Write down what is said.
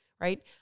right